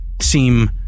seem